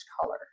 color